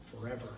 forever